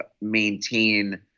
maintain